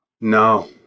No